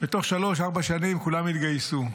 ותוך שלוש, ארבע שנים כולם יתגייסו.